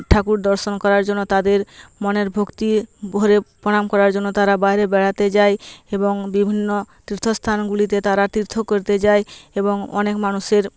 ঠাকুর দর্শন করার জন্য তাদের মনের ভক্তি ভরে প্রণাম করার জন্য তারা বাইরে বেড়াতে যায় এবং বিভিন্ন তীর্থ স্থানগুলিতে তারা তীর্থ করতে যায় এবং অনেক মানুষের